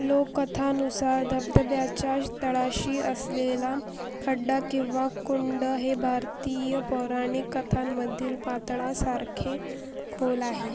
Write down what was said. लोककथांनुसार धबधब्याच्या तळाशी असलेला खड्डा किंवा कुंड हे भारतीय पौराणिक कथांमधील पाताळासारखे खोल आहे